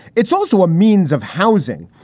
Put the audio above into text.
it's also a means of housing.